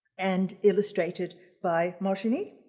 and illustrated by martin e.